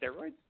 steroids